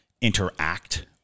interact